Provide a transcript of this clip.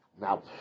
Now